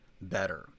better